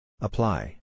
Apply